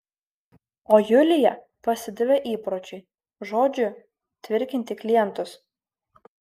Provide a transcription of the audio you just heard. o julija pasidavė įpročiui žodžiu tvirkinti klientus